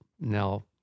Now